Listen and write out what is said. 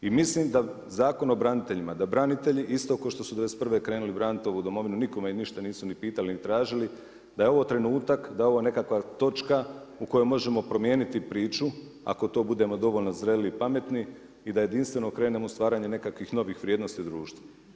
I mislim da Zakon o braniteljima, da branitelji isto ko što su '91. krenuli braniti ovu Domovinu nikome i ništa nisu ni pitali ni tražili, da je ovo trenutak da ova nekakva točka, u kojoj možemo promijeniti priču ako budemo dovoljno zreli i pametni i da jedinstveno krenemo u stvaranju nekakvih novih vrijednosti u društvu.